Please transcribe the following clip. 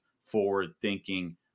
forward-thinking